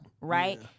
right